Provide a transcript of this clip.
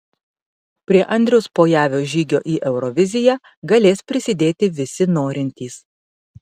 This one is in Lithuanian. prie andriaus pojavio žygio į euroviziją galės prisidėti visi norintys